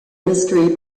mystery